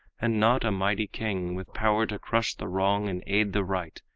and not a mighty king with power to crush the wrong and aid the right.